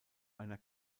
einer